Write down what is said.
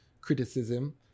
criticism